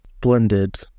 blended